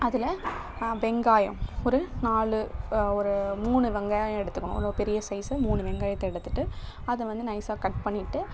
அதில் வெங்காயம் ஒரு நாலு ஒரு மூணு வெங்காயம் எடுத்துக்கணும் ஒரு பெரிய சைஸ்ஸு மூணு வெங்காயத்தை எடுத்துகிட்டு அதை வந்து நைஸாக கட் பண்ணிவிட்டு